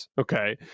okay